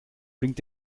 blinkt